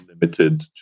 limited